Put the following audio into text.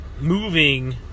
moving